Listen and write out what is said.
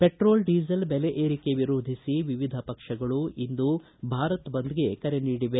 petrol diesel ದೆಲೆ ಏರಿಕೆ ವಿರೋಧಿಸಿ ವಿವಿಧಪಕ್ಷಗಳು ಇಂದು ಭಾರತ್ ಬಂದ್ಗೆ ಕರೆ ನೀಡಿವೆ